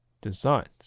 designs